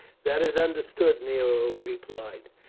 that is understood, nero replied.